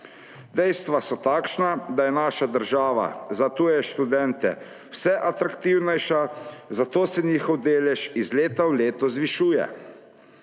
Dejstva so takšna, da je naša država za tuje študente vse atraktivnejša, zato se njihov delež iz leta v leto zvišuje.